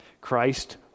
Christ